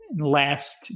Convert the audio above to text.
Last